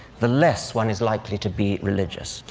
the less one is likely to be religious.